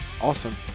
Awesome